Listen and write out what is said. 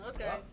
Okay